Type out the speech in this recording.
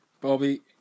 Bobby